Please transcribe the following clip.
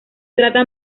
trata